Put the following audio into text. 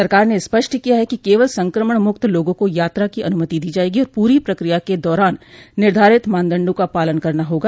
सरकार ने स्पष्ट किया है कि कवल संक्रमण मुक्त लोगों को यात्रा की अनुमति दी जाएगी और पूरी प्रक्रिया के दौरान निर्धारित मानदंडों का पालन करना होगा